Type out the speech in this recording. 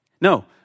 No